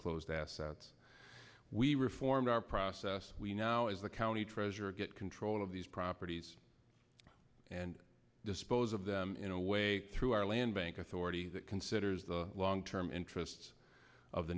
closed assets we reformed our process we now as the county treasurer get control of these properties and dispose of them in a way through our land bank authority that considers the long term interests of the